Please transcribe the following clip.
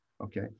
okay